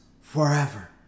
forever